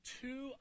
two